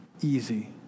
easy